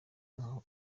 nk’aho